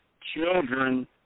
children